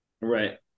right